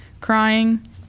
crying